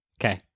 Okay